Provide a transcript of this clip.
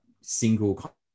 single